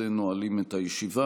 אנחנו בשלב הזה נועלים את הישיבה.